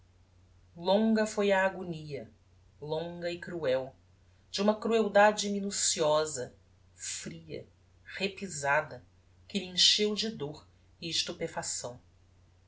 longa foi a agonia longa e cruel de uma crueldade minuciosa fria repisada que me encheu de dor e estupefacção era